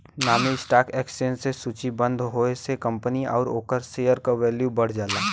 नामी stock exchange में सूचीबद्ध होये से कंपनी आउर ओकरे शेयर क वैल्यू बढ़ जाला